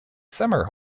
summer